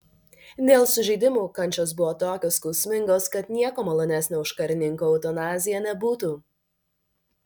dėl sužeidimų kančios buvo tokios skausmingos kad nieko malonesnio už karininko eutanaziją nebūtų